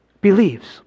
believes